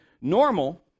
normal